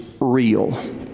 Real